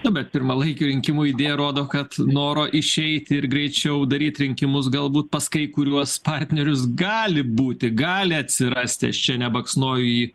nu bet pirmalaikių rinkimų idėja rodo kad noro išeiti ir greičiau daryt rinkimus galbūt pas kai kuriuos partnerius gali būti gali atsirasti aš čia nebaksnojo į